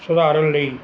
ਸੁਧਾਰਨ ਲਈ